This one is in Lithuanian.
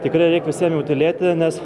tikrai reik visiem jau tylėti nes